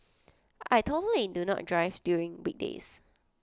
I totally do not drive during weekdays